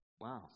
Wow